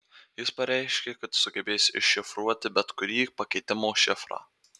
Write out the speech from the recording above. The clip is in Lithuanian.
jis pareiškė kad sugebės iššifruoti bet kurį pakeitimo šifrą